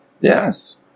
Yes